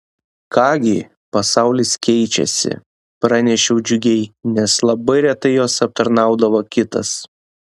ką gi pasaulis keičiasi pranešiau džiugiai nes labai retai jos aptarnaudavo kitas